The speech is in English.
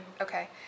Okay